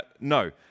no